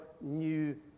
new